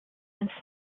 and